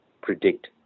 predict